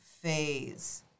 phase